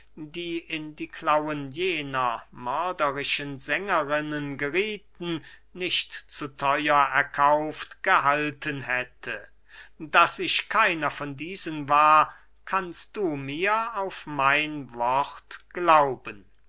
die in die klauen jener mörderischen sängerinnen geriethen nicht zu theuer erkauft gehalten hätte daß ich keiner von diesen war kannst du mir auf mein wort glauben